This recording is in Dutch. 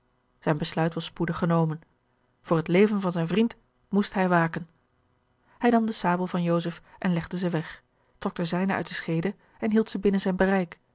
zijn besluit was spoedig genomen voor het leven van zijn vriend moest hij waken hij nam de sabel van joseph en legde ze weg trok de zijne uit de scheede en hield ze binnen zijn bereik